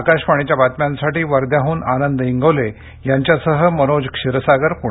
आकाशवाणी बातम्यांसाठी वध्याह्न आनंद इंगोल यांच्यासह मनोज क्षीरसागर पूणे